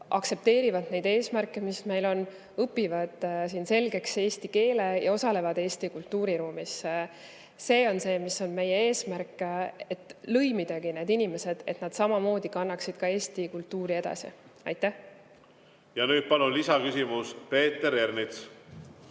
aktsepteerivad neid eesmärke, mis meil on, õpivad siin selgeks eesti keele ja osalevad Eesti kultuuriruumis. Meie eesmärk ongi lõimida need inimesed, et nad samamoodi kannaksid eesti kultuuri edasi. Ja nüüd palun lisaküsimus, Peeter Ernits!